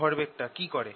এই ভরবেগটা কি করে